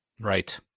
Right